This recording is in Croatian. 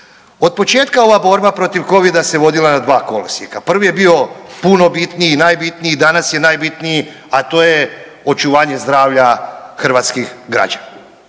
Otpočetka ova borba protiv covida se vodila na dva kolosijeka. Prvi je bio puno bitniji, najbitniji, danas je najbitniji, a to je očuvanje zdravlja hrvatskih građana.